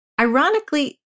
ironically